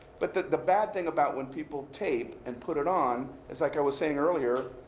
but the the bad thing about when people tape and put it on is like i was saying earlier.